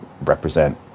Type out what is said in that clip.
represent